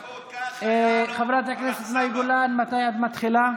שש-שבע דקות, חברת הכנסת מאי גולן, מתי את מתחילה?